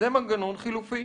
זה מנגנון חילופי.